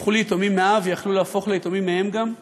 הפכו ליתומים מאב, ויכלו להפוך ליתומים מאם, גם.